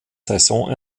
saison